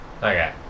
okay